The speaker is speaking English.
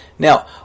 Now